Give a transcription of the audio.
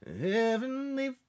Heavenly